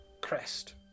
crest